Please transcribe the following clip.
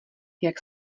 jak